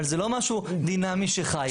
אבל זה לא משהו דינמי שחי,